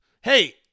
hey